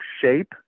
shape